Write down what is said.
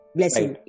blessing